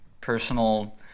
personal